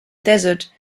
desert